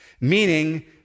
Meaning